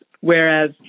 whereas